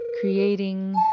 creating